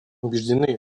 убеждены